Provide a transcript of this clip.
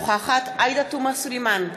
עאידה תומא סלימאן,